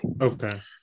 Okay